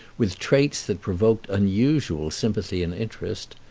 with traits that provoked unusual sympathy and interest.